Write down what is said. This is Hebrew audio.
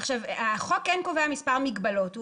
החוק כן קובע מספר מגבלות.